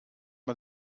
man